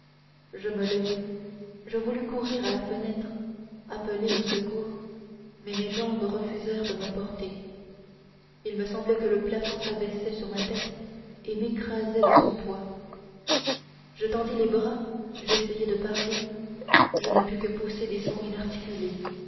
je me levai je voulus courir à la fenêtre appeler au secours mais mes jambes refusèrent de me porter il me semblait que le plafond s'abaissait sur ma tête et m'écrasait de son poids je tendis les bras j'essayai de parler je ne pus que pousser des sons